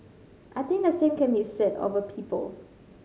I think the same can be said of a people